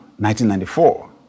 1994